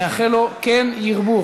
נאחל לו, כן ירבו.